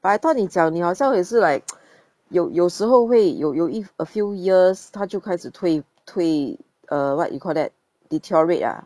but I thought 你讲你好像也是 like 有有时候会有有一 a few years 他就开始退退 err what you call that deteriorate ah